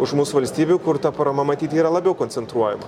už mus valstybių kur ta parama matyt yra labiau koncentruojama